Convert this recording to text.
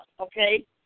okay